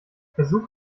versuch